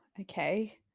Okay